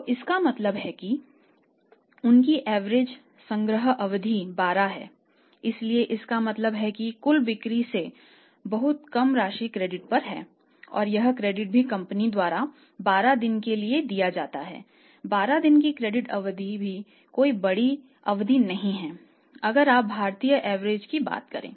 तो इसका मतलब है कि उनकी एवरेज की बात करें